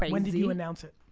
when did you announce it?